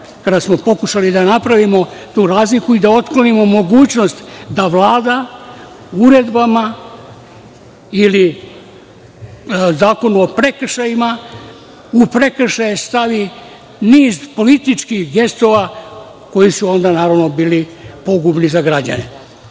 kada smo pokušali da napravimo tu razliku i da otklonimo mogućnost da Vlada, uredbama ili Zakonom o prekršajima, u prekršaje stavi niz političkih gestova koji su onda, naravno, bili pogubni za građane.Sećam